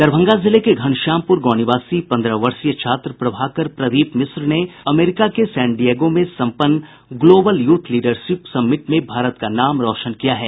दरभंगा जिले के घनश्यामपुर गांव निवासी पंद्रह वर्षीय छात्र प्रभाकर प्रदीप मिश्र ने अमेरिका के सैनडिएगो में संपन्न ग्लोबल यूथ लीडरशिप समिट में भारत का नाम रौशन किया है